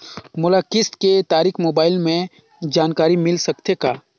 मोला किस्त के तारिक मोबाइल मे जानकारी मिल सकथे का?